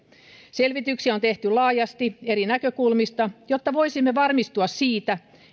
selvityksiä on tehty laajasti eri näkökulmista jotta voisimme varmistua siitä